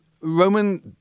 Roman